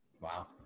Wow